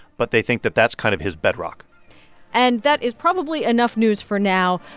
but they think that that's kind of his bedrock and that is probably enough news for now.